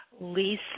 Lisa